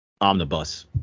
omnibus